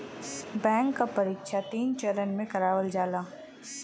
bank क परीक्षा तीन चरण में करावल जाला